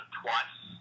twice